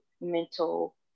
mental